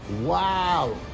Wow